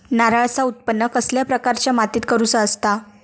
नारळाचा उत्त्पन कसल्या प्रकारच्या मातीत करूचा असता?